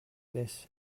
this